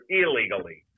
illegally